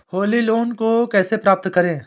Holi loan को कैसे प्राप्त करें?